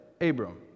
Abram